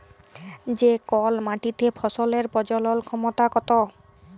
যে কল মাটিতে ফসলের প্রজলল ক্ষমতা কত